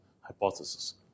hypothesis